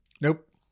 nope